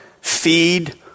feed